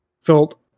felt